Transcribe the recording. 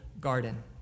garden